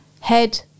Head